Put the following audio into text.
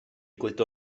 gludo